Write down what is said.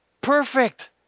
perfect